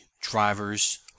drivers